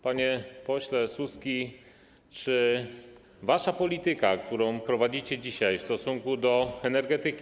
Pani pośle Suski, czy wasza polityka, którą prowadzicie dzisiaj w stosunku do energetyki.